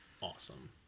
awesome